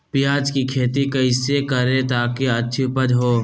प्याज की खेती कैसे करें ताकि अच्छी उपज हो?